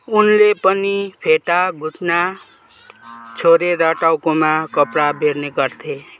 उनले पनि फेटा गुँथ्न छोरेर टाउकोमा कपडा बेर्ने गर्थे